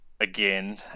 again